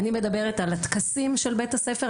אני מדברת על הטקסים של בית הספר,